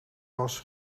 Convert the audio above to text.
was